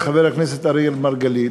חבר הכנסת אראל מרגלית.